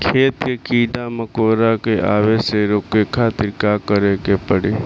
खेत मे कीड़ा मकोरा के आवे से रोके खातिर का करे के पड़ी?